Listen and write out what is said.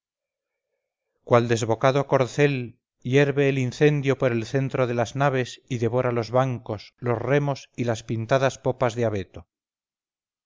cual desbocado corcel hierve el incendio por el centro de las naves y devora los bancos los remos y las pintadas popas